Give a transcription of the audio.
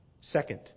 Second